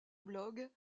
blog